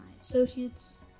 associates